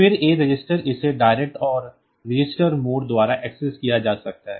फिर A register इसे direct और रजिस्टर मोड द्वारा एक्सेस किया जा सकता है